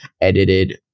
edited